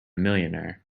millionaire